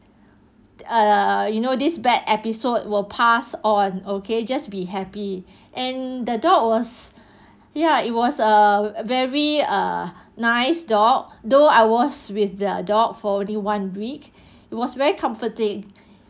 err you know this bad episode will pass on okay just be happy and the dog was ya it was a very err nice dog though I was with their dog for only one week it was very comforting